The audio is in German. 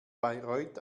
bayreuth